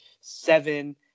seven